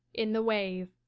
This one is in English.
in the wave.